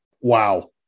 Wow